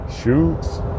shoots